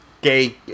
gay